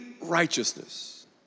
righteousness